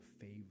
favor